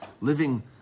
living